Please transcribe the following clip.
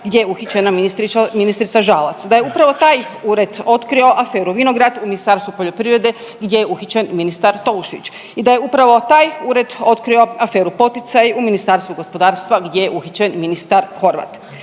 gdje je uhićena ministrica Žalac. Da je upravo taj ured otkrio aferu Vinograd u Ministarstvu poljoprivrede gdje je uhićen ministar Tolušić i da je upravo taj ured otkrio aferu Poticaji u Ministarstvu gospodarstva gdje je uhićen ministar Horvat.